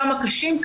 כמה חולים קשים,